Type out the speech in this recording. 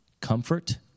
Comfort